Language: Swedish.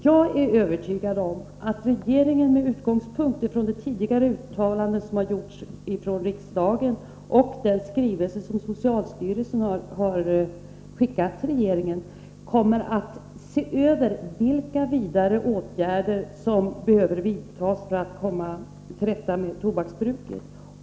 Jag är övertygad om att regeringen med utgångspunkt i det tidigare uttalande som har gjorts från riksdagen och den skrivelse som socialstyrelsen har skickat till regeringen kommer att se över vilka vidare åtgärder som behöver vidtas för att man skall komma till rätta med tobaksbruket.